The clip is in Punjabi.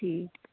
ਠੀਕ